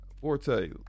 forte